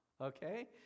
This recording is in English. okay